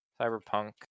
cyberpunk